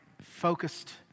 focused